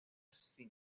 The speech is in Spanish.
sin